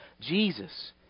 Jesus